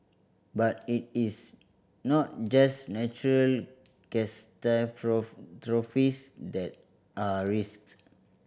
but it is not just natural that are risks